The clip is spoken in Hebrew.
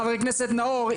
חבר כנסת נאור,